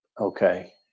Okay